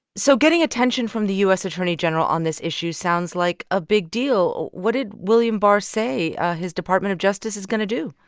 so getting attention from the u s. attorney general on this issue sounds like a big deal. what did william barr say his department of justice is going to do?